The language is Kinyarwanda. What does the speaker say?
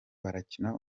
barakina